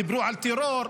דיברו על טרור,